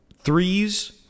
threes